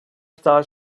estava